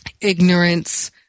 ignorance